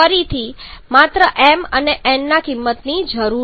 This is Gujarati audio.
માત્ર m અને n ની કિંમત જરૂરી છે